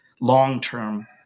long-term